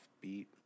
beat